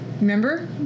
Remember